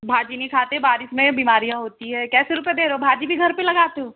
भाजी नहीं खाते बारिश में बीमारियाँ होती हैं कैसे रूपए दे रहे हो भाजी भी घर पे लगाते हो